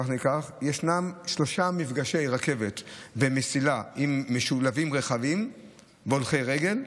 ישנם שלושה מפגשי רכבת ומסילה משולבים רכבים והולכי רגל,